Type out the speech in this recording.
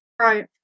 Right